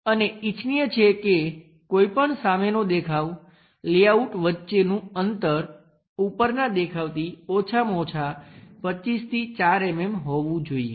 અને ઈચ્છનીય છે કે કોઈપણ સામેનો દેખાવ લેઆઉટ વચ્ચેનું અંતર ઉપરનાં દેખાવથી ઓછામાં ઓછું 25 થી 4 mm હોવું જોઈએ